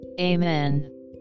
Amen